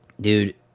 dude